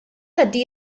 ydy